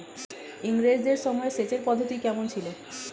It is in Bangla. ইঙরেজদের সময় সেচের পদ্ধতি কমন ছিল?